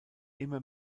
immer